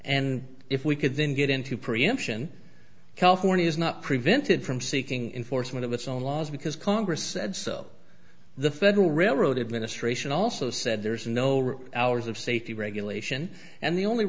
and if we could then get into preemption california is not prevented from seeking enforcement of its own laws because congress said so the federal railroad administration also said there's no hours of safety regulation and the only